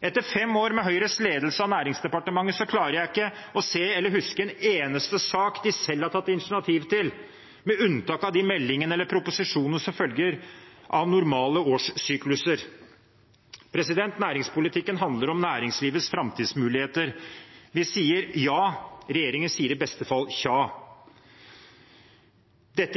Etter fem år med Høyres ledelse av Nærings- og fiskeridepartementet klarer jeg ikke å se eller huske en eneste sak de selv har tatt initiativ til, med unntak av de meldingene eller proposisjonene som følger av normale årssykluser. Næringspolitikken handler om næringslivets framtidsmuligheter. Vi sier ja. Regjeringen sier i beste fall tja. Et